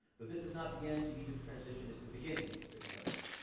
but this is not the end to egypt's transition it's the beginning, said your president.